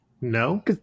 No